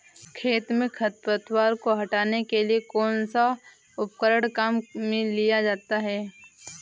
खेत में खरपतवार को काटने के लिए कौनसा उपकरण काम में लिया जाता है?